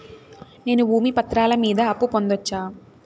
నేను భూమి పత్రాల మీద అప్పు పొందొచ్చా?